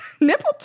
Nipple